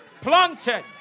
planted